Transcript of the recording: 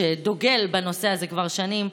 שדוגל בנושא הזה כבר שנים,